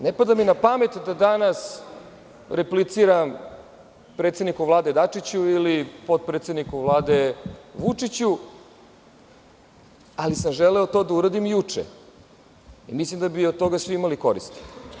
Ne pada mi na pamet da danas repliciram predsedniku Vlade Dačiću ili potredsedniku Vlade Vučiću, ali sam želeo to da uradim juče, jer mislim da bi od toga svi imali koristi.